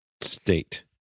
state